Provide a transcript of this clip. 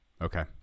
okay